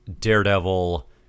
daredevil